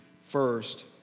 first